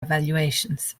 evaluations